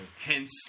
hence